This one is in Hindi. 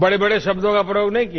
बड़े बड़े शब्दों का प्रयोग नहीं किया